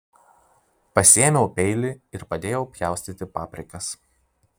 pasiėmiau peilį ir padėjau pjaustyti paprikas